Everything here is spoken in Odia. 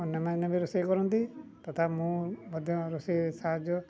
ଅନ୍ୟମାନେ ବି ରୋଷେଇ କରନ୍ତି ତଥା ମୁଁ ମଧ୍ୟ ରୋଷେଇରେ ସାହାଯ୍ୟ